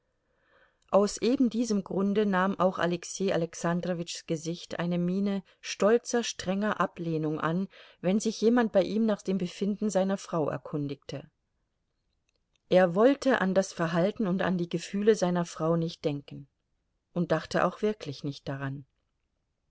aus ebendiesem grunde nahm auch alexei alexandrowitschs gesicht eine miene stolzer strenger ablehnung an wenn sich jemand bei ihm nach dem befinden seiner frau erkundigte er wollte an das verhalten und an die gefühle seiner frau nicht denken und dachte auch wirklich nicht daran